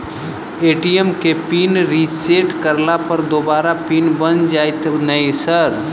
ATM केँ pin reset करला पर दोबारा पिन बन जाइत नै सर?